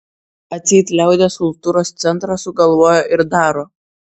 atseit liaudies kultūros centras sugalvojo ir daro